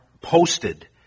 posted